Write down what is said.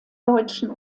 deutschen